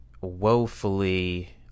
woefully